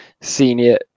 senior